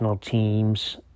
teams